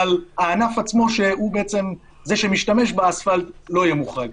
אבל הענף עצמו שהוא בעצם זה שמשתמש באספלט לא יהיה מוחרג.